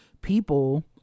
people